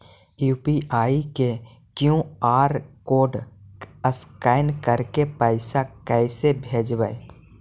UPI के QR code scan करके पैसा कैसे भेजबइ?